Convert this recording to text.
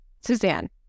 Suzanne